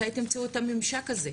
מתי אתם תמצאו את הממשק הזה?